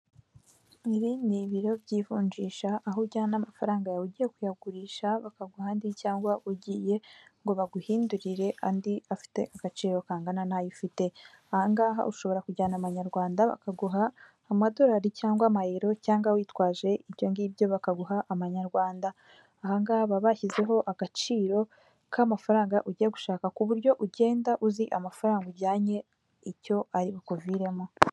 Ibi ni ibiro by'ivunjisha aho ujyana amafaranga yawe ugiye kuyagurisha bakaguha ahandi, cyangwa ugiye ngo baguhindurire andi afite agaciro kangana n'ayo ufite aha ngaha ushobora kujyana amanyarwanda bakaguha amadolari cyangwa amayero, cyangwa witwaje ibyo ngibyo bakaguha amanyarwanda. aha ngaha baba bashyizeho agaciro k'amafaranga ugiye gushaka ku buryo ugenda uzi amafaranga ujyanye icyo ari bukuviremo.